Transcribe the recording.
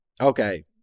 okay